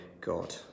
God